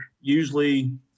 usually